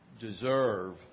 deserve